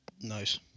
Nice